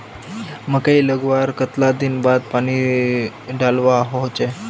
मकई लगवार कतला दिन बाद पानी डालुवा होचे?